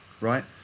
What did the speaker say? Right